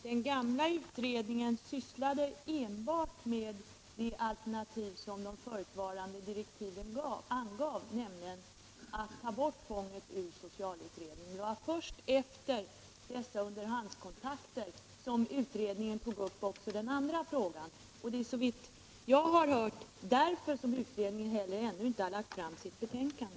Herr talman! Den gamla utredningen sysslade enbart med det alternativ som de förutvarande direktiven angav, nämligen att ta bort tvånget från socialvården. Det var först efter dessa underhandskontakter som utredningen tog upp också den andra frågan. Och såvitt jag har hört är det därför utredningen ännu inte lagt fram sitt betänkande.